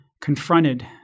confronted